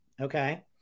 okay